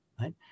right